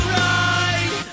right